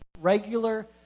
regular